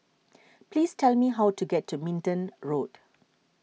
please tell me how to get to Minden Road